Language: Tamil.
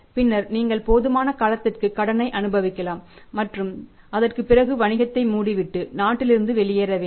பின்னர் நீங்கள் போதுமான காலத்திற்கு கடனை அனுபவிக்கலாம் மற்றும் அதற்குப் பிறகு வணிகத்தை மூடிவிட்டு நாட்டிலிருந்து வெளியேற வேண்டும்